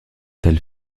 tel